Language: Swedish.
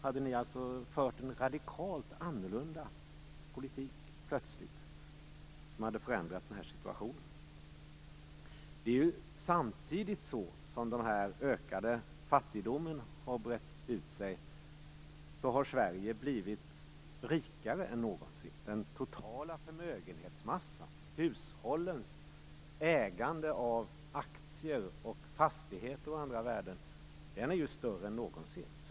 Hade ni alltså fört en radikalt annorlunda politik plötsligt som hade förändrat situationen? Samtidigt som den ökade fattigdomen har brett ut sig har Sverige blivit rikare än någonsin. Den totala förmögenhetsmassan, hushållens ägande av aktier, fastigheter och andra värden är större än någonsin.